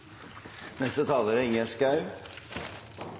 Neste taler er Ingjerd Schou.